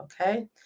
Okay